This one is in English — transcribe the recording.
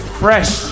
fresh